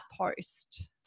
post